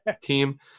team